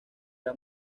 era